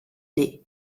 née